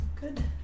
Good